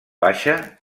baixa